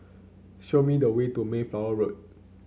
show me the way to Mayflower Road